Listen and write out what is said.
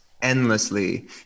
endlessly